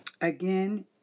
again